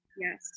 yes